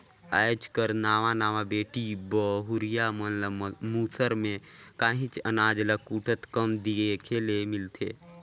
आएज कर नावा नावा बेटी बहुरिया मन ल मूसर में काहींच अनाज ल कूटत कम देखे ले मिलथे